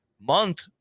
month